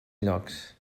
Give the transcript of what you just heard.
llocs